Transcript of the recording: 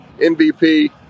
MVP